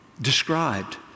described